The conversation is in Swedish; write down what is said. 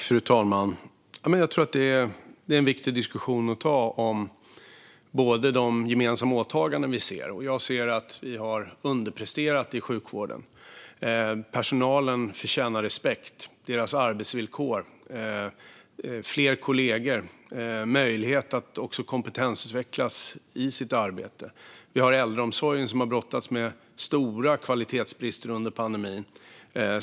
Fru talman! Jag tror att det är en viktig diskussion att ta om de gemensamma åtaganden vi ser. Jag ser att vi har underpresterat i sjukvården. Personalen förtjänar respekt. Det gäller deras arbetsvillkor, fler kollegor och möjlighet att kompetensutvecklas i sitt arbete. Vi har äldreomsorgen, som har brottats med stora kvalitetsbrister under pandemin.